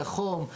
החום,